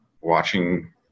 watching